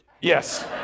Yes